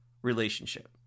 relationship